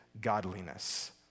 godliness